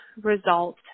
result